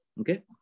Okay